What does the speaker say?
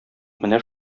менә